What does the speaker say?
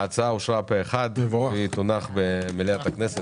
ההצעה אושרה פה אחד ותונח במליאת הכנסת